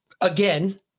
again